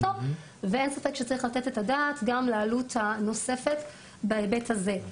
אין ספק שצריך לתת את הדעת גם לעלות הנוספת בהיבט הזה.